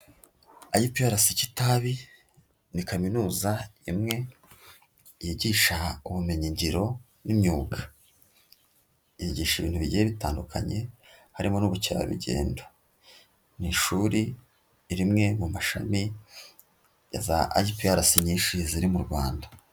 IPRC Kitabi, ni kaminuza imwe yigisha ubumenyigiro n'imyuga. Yigisha ibintu bigiye bitandukanye, harimo n'ubukerarugendo. Ni ishuri rimwe mu mashami, ya za IPRC nyishi ziri mu Rwanda.